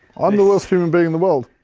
i'm the worst human being in the world.